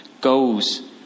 goes